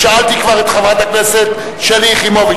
כבר שאלתי את חברת הכנסת שלי יחימוביץ